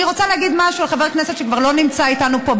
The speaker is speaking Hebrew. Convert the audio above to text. אני רוצה להגיד משהו על חבר כנסת שכבר לא נמצא איתנו פה,